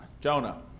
Jonah